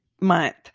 month